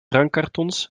drankkartons